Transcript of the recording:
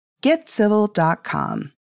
GetCivil.com